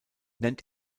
nennt